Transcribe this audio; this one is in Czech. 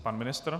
Pan ministr?